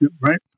right